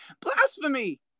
Blasphemy